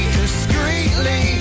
discreetly